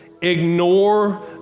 Ignore